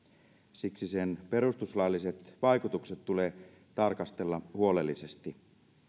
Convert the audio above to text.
siksi sen perustuslailliset vaikutukset tulee tarkastella huolellisesti